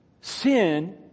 sin